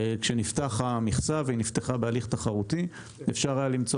כשנפתחה המכסה והיא נפתחה בהליך תחרותי אפשר היה למצוא